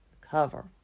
cover